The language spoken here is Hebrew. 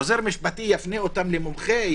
עוזר משפטי יפנה אותם למומחה,